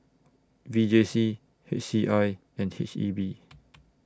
V J C H C I and H E B